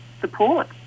support